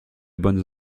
bonnes